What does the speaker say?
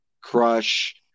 crush